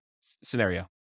scenario